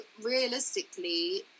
realistically